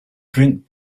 drink